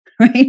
right